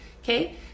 Okay